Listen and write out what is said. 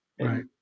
Right